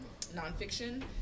nonfiction